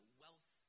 wealth